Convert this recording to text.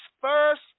first